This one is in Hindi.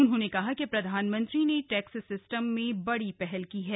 उन्होंने कहा कि प्रधानमंत्री ने टैक्स सिस्टम में बड़ी पहल की है